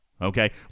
Okay